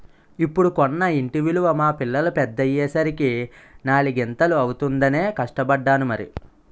ఇప్పుడు కొన్న ఇంటి విలువ మా పిల్లలు పెద్దయ్యే సరికి నాలిగింతలు అవుతుందనే కష్టపడ్డాను మరి